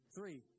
Three